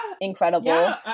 Incredible